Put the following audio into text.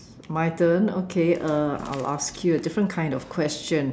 my turn okay uh I'll ask you a different kind of question